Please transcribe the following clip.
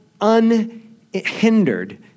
unhindered